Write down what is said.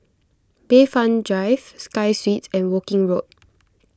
Bayfront Drive Sky Suites and Woking Road